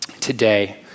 today